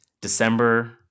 December